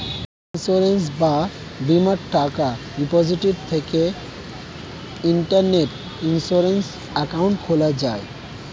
insurance বা বীমার টাকা রিপোজিটরি থেকে ইন্টারনেটে ইন্সুরেন্স অ্যাকাউন্ট খোলা যায়